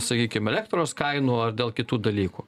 sakykim elektros kainų ar dėl kitų dalykų